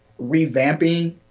revamping